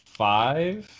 five